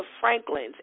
Franklin's